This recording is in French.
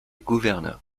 gouverneur